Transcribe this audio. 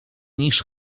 niż